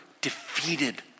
defeated